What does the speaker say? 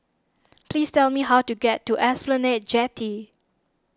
please tell me how to get to Esplanade Jetty